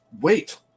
wait